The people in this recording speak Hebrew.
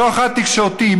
שוחד תקשורתי.